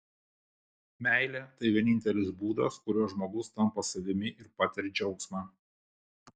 meilė tai vienintelis būdas kuriuo žmogus tampa savimi ir patiria džiaugsmą